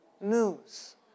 news